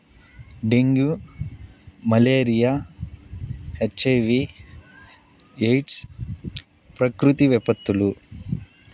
dengue malaria H I V AIDS ప్రకృతి విపత్తులు